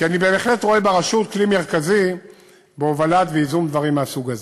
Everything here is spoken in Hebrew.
כי אני בהחלט רואה ברשות כלי מרכזי בהובלה וייזום של דברים מהסוג הזה.